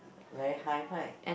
very high right